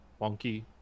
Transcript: wonky